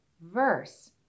verse